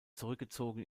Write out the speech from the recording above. zurückgezogen